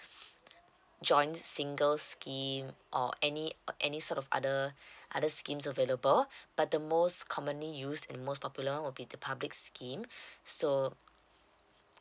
joints single scheme or any uh any sort of other other scheme available but the most commonly used in most popular will be the public scheme so